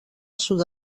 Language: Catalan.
sud